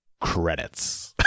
Credits